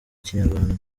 kinyarwanda